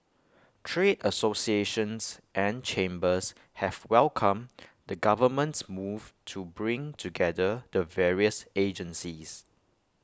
trade associations and chambers have welcomed the government's move to bring together the various agencies